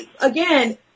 Again